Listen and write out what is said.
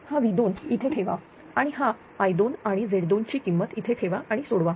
हा V2 इथे ठेवा आणि हा I2 आणि Z2 ची किंमत इथे ठेवा आणि सोडवा